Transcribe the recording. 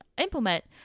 implement